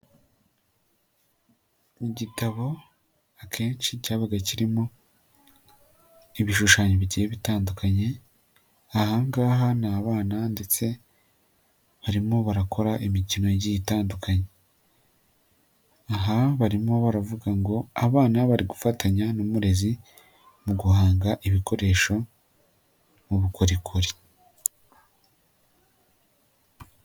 Igitabo akenshi cyabaga kirimo ibishushanyo bigiye bitandukanye ahangaha ni abana ndetse barimo barakora imikino igiye itandukanye, aha barimo baravuga ngo abana bari gufatanya n'umurezi mu guhanga ibikoresho mu bukorikori.